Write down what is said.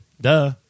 Duh